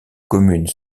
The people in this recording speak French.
communes